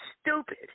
Stupid